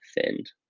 thinned